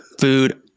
food